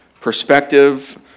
perspective